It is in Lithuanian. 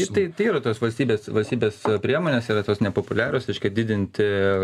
tai tai yra tos valstybės valstybės priemonės yra tos nepopuliarios reiškia didinti